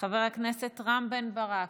חבר הכנסת רם בן ברק,